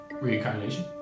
Reincarnation